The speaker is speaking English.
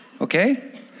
Okay